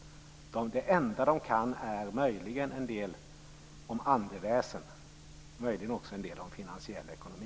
Det enda de kan är möjligen en del om andeväsen och om finansiell ekonomi.